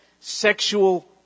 sexual